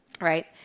Right